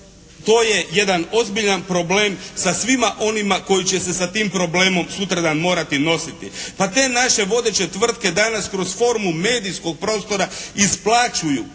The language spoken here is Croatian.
to je jedan ozbiljan problem sa svima onima koji će se sa tim problemom sutradan morati nositi. Pa te naše vodeće tvrtke danas kroz formu medijskog prostora isplaćuju